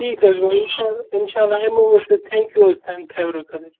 ٹھیٖک حظ گوٚو اِنشاء اللہ اِشاءاللہ اِمَو أسۍ تہٕ تھینکیوٗ حظ تُہٕنٛدِ فیورٕ خٲطرٕ